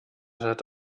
hat